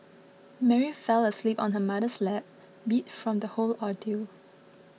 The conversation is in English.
Mary fell asleep on her mother's lap beat from the whole ordeal